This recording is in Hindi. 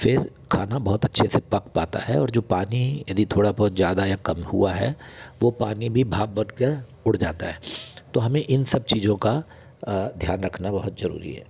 फिर खाना बहुत अच्छे से पक पता है और जो पानी यदि थोड़ा बहुत ज़्यादा है कम हुआ है वो पानी भी भाप बन के उड़ जाता है तो हमें इन सब चीज़ों का ध्यान रखना बहुत ज़रूरी है